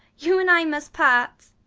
you and i must part.